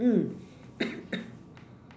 mm